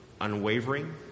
unwavering